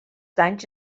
danys